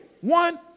One